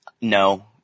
no